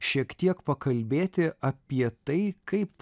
šiek tiek pakalbėti apie tai kaip